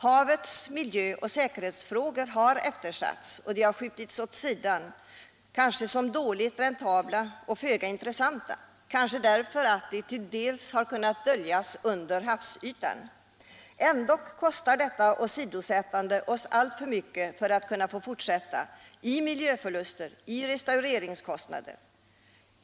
Havets miljö och säkerhetsfrågor har eftersatts — de har skjutits åt sidan, kanske som dåligt räntabla och föga intressanta, kanske därför att problemen till dels har kunnat döljas under havsytan. Ändå kostar detta åsidosättande oss alltför mycket — i miljöförluster och i restaureringar — för att det skall få fortsätta.